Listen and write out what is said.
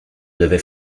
devait